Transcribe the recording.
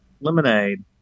lemonade